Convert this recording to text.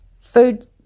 Food